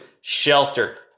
shelter